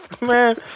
Man